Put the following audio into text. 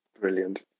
brilliant